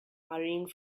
hurrying